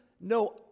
No